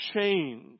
change